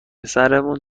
سرمون